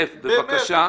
יוסף, בבקשה.